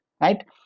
right